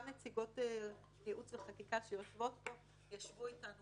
גם נציגות ייעוץ וחקיקה שיושבות כאן ישבנו איתנו